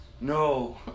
no